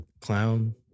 clown